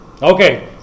Okay